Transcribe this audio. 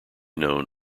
known